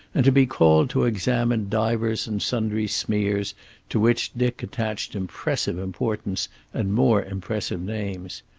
and to be called to examine divers and sundry smears to which dick attached impressive importance and more impressive names.